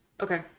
Okay